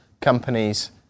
companies